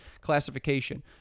classification